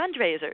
fundraisers